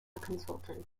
consultant